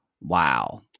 wow